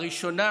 הראשונה